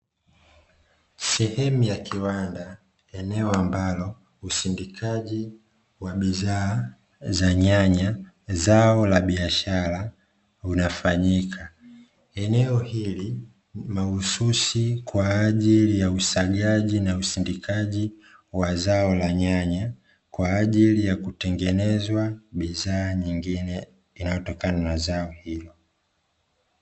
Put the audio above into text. Sehemu ya kiwanda eneo ambalo usindikaji wa bidhaa za nyanya zao la biashara unafanyika, eneo hili mahususi kwa ajili ya usagaji na usindikaji wa zao la nyanya kwa ajili ya kutengenezwa bidhaa nyingine inayotokana na zao hilo.